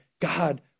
God